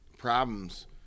Problems